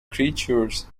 creatures